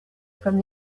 from